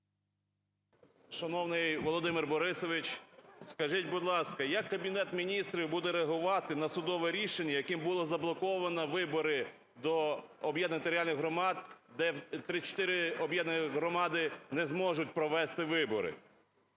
Шановний Володимире Борисовичу, скажіть, будь ласка, як Кабінет Міністрів буде реагувати на судове рішення, яким було заблоковано вибори до об'єднаних територіальних громад, де 34 об'єднані громади не зможуть провести вибори?